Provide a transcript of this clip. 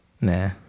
Nah